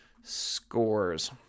scores